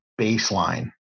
baseline